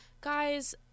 Guys